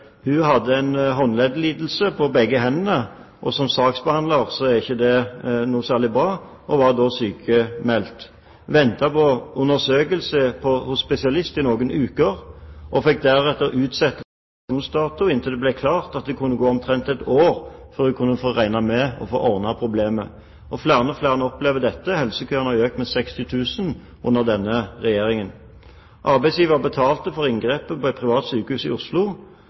hun hadde en håndleddslidelse i begge hendene. Som saksbehandler er ikke det noe særlig bra, og hun var derfor sykmeldt. Hun ventet på undersøkelse hos spesialist i noen uker. Deretter ble det utsettelse av operasjonsdatoen, inntil det ble klart at det kunne gå omtrent et år før hun kunne regne med å få ordnet problemet. Flere og flere opplever dette. Helsekøene har økt med 60 000 under denne regjeringen. Arbeidsgiver betalte for inngrepet ved et privat sykehus i Oslo,